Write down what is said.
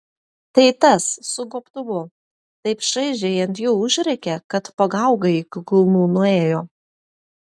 tai tas su gobtuvu taip šaižiai ant jų užrėkė kad pagaugai iki kulnų nuėjo